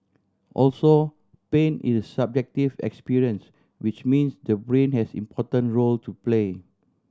also pain is subjective experience which means the brain has important role to play